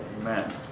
Amen